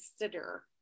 consider